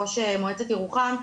ראש מועצת ירוחם,